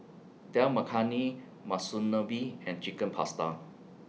Dal Makhani Monsunabe and Chicken Pasta